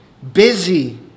Busy